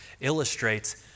illustrates